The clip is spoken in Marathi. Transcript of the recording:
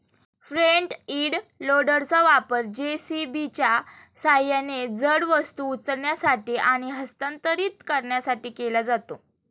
फ्रंट इंड लोडरचा वापर जे.सी.बीच्या सहाय्याने जड वस्तू उचलण्यासाठी आणि हस्तांतरित करण्यासाठी केला जातो